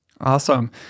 Awesome